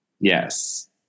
Yes